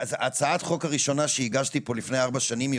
הצעת החוק הראשונה שהגשתי פה לפני ארבע שנים היא